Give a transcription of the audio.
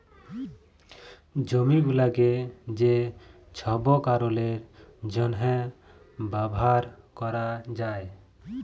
জমি গুলাকে যে ছব কারলের জ্যনহে ব্যাভার ক্যরা যায়